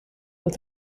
with